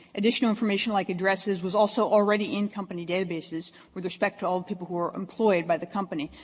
additional information like addresses was also already in company databases with respect to all the people who were employed by the company.